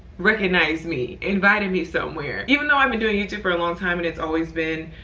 recognized me inviting me somewhere. even though i've been doing youtube for a long time, and it's always been